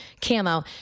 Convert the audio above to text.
camo